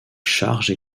charges